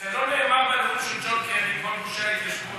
זה לא נאמר בנאום של ג'ון קרי: כל גושי ההתיישבות.